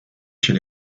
chez